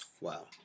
Wow